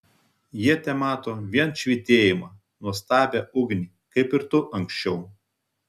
jie temato vien švytėjimą nuostabią ugnį kaip ir tu anksčiau